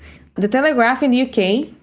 the telegraph, in the uk,